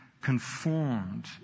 conformed